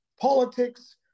politics